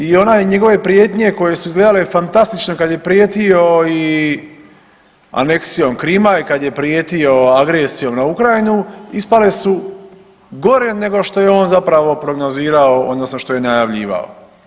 I onaj njegove prijetnje koje su izgledale fantastično i kad je prijetio i aneksijom Krima i kad je prijetio agresijom na Ukrajinu, ispale su gore nego što je on zapravo prognozirao, odnosno što je najavljivao.